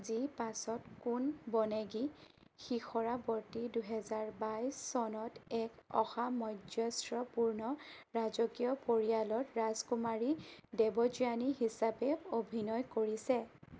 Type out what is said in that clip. G পাঁচত কোন বনেগী শিখৰাৱৰ্তী দুহেজাৰ বাইছ চনত এক অসামঞ্জস্যপূৰ্ণ ৰাজকীয় পৰিয়ালত ৰাজকুমাৰী দেৱযানী হিচাপে অভিনয় কৰিছে